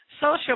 social